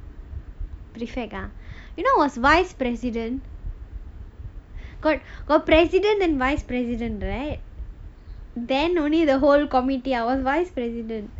prefect ah you know vice president got got president and vice president right then only the whole committee I was vice president